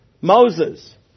Moses